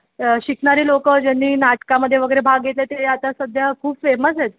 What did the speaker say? शिकणारे लोक ज्यांनी नाटकामध्ये वगैरे भाग घेतला ते आता सध्या खूप फेमस आहेत